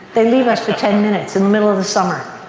they leave us for ten minutes in the middle of the summer.